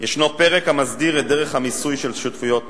יש פרק המסדיר את דרך המיסוי של שותפויות נפט.